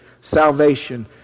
Salvation